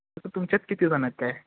तसं तुमच्यात कितीजणं आहेत काय